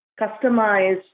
customize